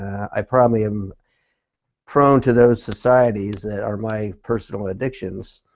i probably am prone to those societies that are my personal addictions.